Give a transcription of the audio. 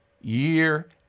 year